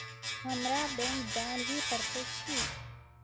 हमरा बैंक जाल ही पड़ते की?